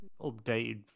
updated